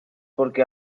porque